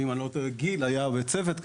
אם אני לא טועה גיל היה בצוות כזה,